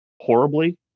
horribly